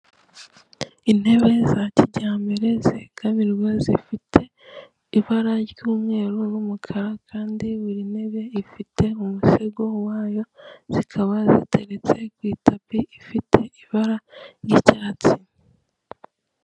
Intebe za kijyambere zegamirwa zifite ibara ry'umweru n'umukara kandi buri ntebe ifite umusego wayo zikaba ziteretse ku itapi ifite ibara ry'icyatsi.